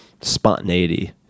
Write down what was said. spontaneity